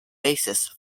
basis